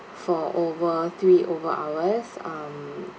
for over three over hours um